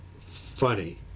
funny